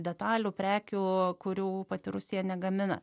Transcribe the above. detalių prekių kurių pati rusija negamina